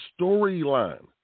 storyline